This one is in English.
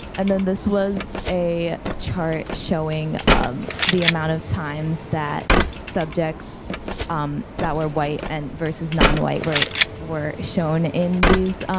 and then this was a chart showing um the amount of times that subjects um that were white and versus non white, were were shown in these